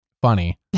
funny